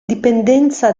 dipendenza